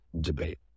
debate